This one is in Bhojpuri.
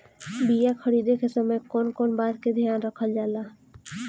बीया खरीदे के समय कौन कौन बात के ध्यान रखल जाला?